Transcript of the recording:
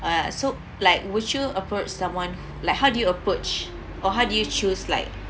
!wah! so like would you approach someone like how do you approach or how do you choose like